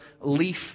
leaf